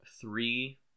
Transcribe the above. three